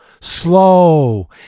slow